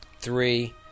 three